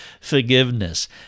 forgiveness